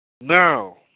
Now